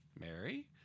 Mary